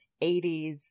80s